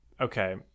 Okay